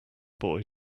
boy